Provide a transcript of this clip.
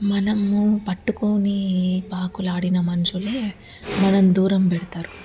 మనము పట్టుకుని ప్రాకులాడిన మనుషులే మనం దూరం పెడతారు